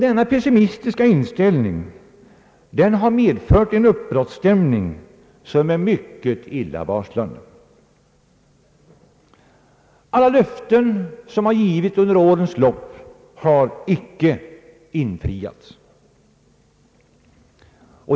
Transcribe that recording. Denna pessimistiska inställning har medfört en uppbrottsstämning som är mycket illavarslande, De löften som har givits under årens lopp har icke infriats.